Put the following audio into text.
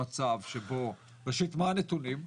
ראשית, מה הנתונים,